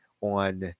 on